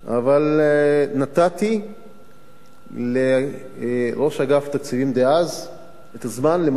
אבל נתתי לראש אגף התקציבים דאז את הזמן למצות,